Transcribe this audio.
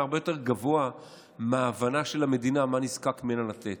הרבה יותר גבוה מההבנה של המדינה מה נזקק ממנה לתת.